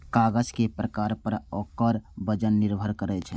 कागज के प्रकार पर ओकर वजन निर्भर करै छै